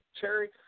Cherry